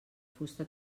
fusta